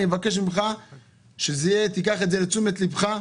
אני מבקש ממך שתיקח את זה לתשומת לבך,